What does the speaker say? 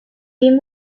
des